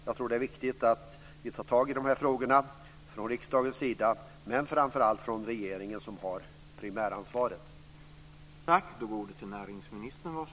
Jag tror att det är viktigt att vi tar tag i de här frågorna från riksdagens sida, men framför allt från regeringen, som har det primära ansvaret.